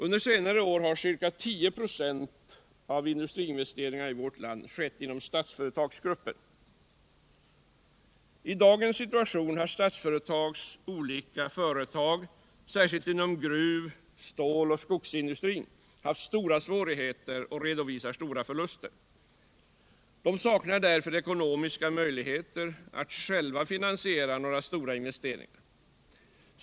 Under senare år har ca 10 96 av industriinvesteringarna i vårt land skett inom Statsföretagsgruppen. I dagens situation har Statsföretags olika företag, särskilt inom gruv-, ståloch skogsindustrin, stora svårigheter och redovisar stora förluster. De saknar därför ekonomiska möjligheter att själva finansiera några stora investeringar.